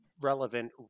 relevant